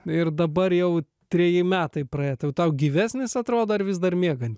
ir dabar jau treji metai praėję tai tau gyvesnis atrodo ar vis dar miegant